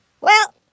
Well